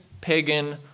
pagan